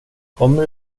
kommer